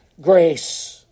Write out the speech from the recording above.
grace